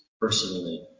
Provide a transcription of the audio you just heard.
personally